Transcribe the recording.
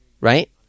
right